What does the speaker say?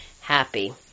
happy